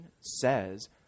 says